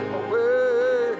away